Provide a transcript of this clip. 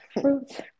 fruits